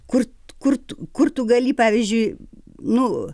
kur kur tu kur tu gali pavyzdžiui nu